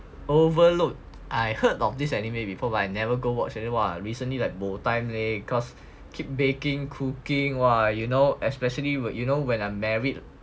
overload I heard of this anime before but I never go watch anymore and recently like bo time leh cause keep baking cooking !wah! you know especially with you know when I'm married